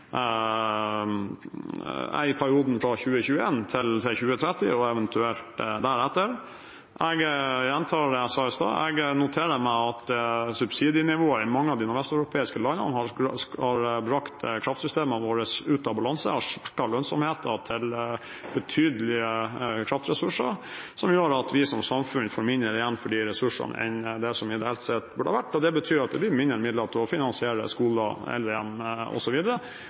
i perioden 2021–2030 og eventuelt etter det. Jeg gjentar det jeg sa i sted: Jeg noterer meg at subsidienivået i mange av landene i Nordvest-Europa har brakt kraftsystemene våre ut av balanse og svekket lønnsomheten til betydelige kraftressurser, noe som gjør at vi som samfunn får mindre igjen for de ressursene enn vi ideelt sett burde. Det betyr at det blir færre midler til å finansiere skoler,